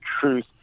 truth